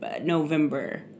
November